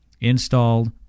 installed